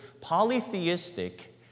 polytheistic